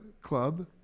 club